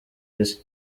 isi